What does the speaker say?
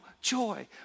joy